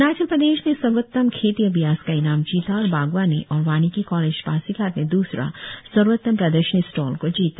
अरुणाचल प्रदेश ने सर्वोत्तम खेती अभ्यास का इनाम जीता और बागवानी और वानिकी कॉलेज पासीघाट ने दूसरा सर्वोत्तम प्रदर्शनी स्टॉल को जीता